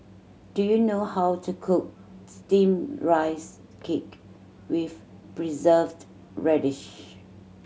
do you know how to cook Steamed Rice Cake with Preserved Radish